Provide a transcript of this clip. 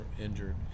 injured